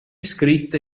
scritte